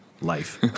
life